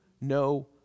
no